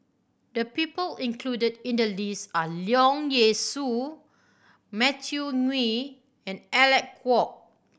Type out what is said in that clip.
the people included in the list are Leong Yee Soo Matthew Ngui and Alec Kuok